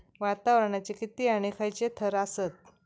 वातावरणाचे किती आणि खैयचे थर आसत?